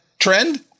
Trend